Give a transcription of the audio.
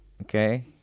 Okay